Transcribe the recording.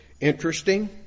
interesting